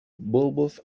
bulbous